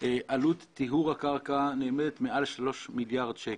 עלות טיהור הקרקע נאמדת במעל 3 מיליארד שקלים.